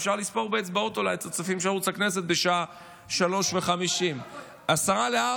אפשר לספור באצבעות אולי את הצופים של ערוץ הכנסת בשעה 03:50. יבגני,